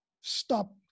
stop